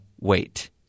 wait